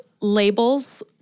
labels